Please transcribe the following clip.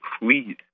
Please